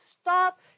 stop